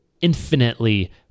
infinitely